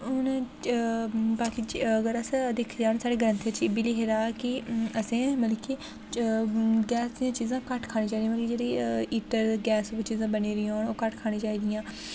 हून बाकी अगर असें दिक्खे जा ते साढ़े ग्रंथ च एह्बी लिखे दा कि असें मतलब कि गैसी चीज़ां घट्ट खानी चाही दियां मतलब जेह्ड़ी हीटर गैस च बनी दियां होन ओह् घट्ट खानी चाही दियां